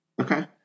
okay